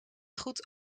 goed